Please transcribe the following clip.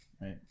Right